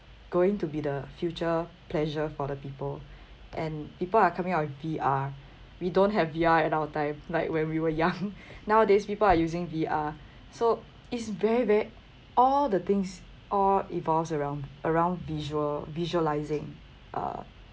going to be the future pleasure for the people and people are coming up with V_R we don't have V_R at our time like when we were young nowadays people are using V_R so it's very very all the things all evolves around around visual visualising uh